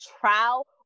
trial